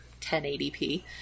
1080p